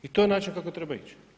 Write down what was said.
I to je način kako treba ići.